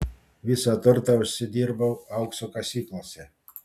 visą turtą užsidirbau aukso kasyklose